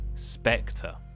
Spectre